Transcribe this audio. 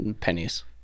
pennies